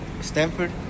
Stanford